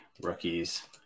rookies